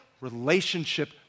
relationship